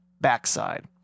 backside